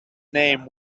name